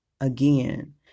again